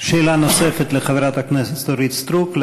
שאלה נוספת לחברת הכנסת אורית סטרוק.